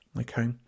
Okay